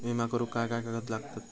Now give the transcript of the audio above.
विमा करुक काय काय कागद लागतत?